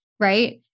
right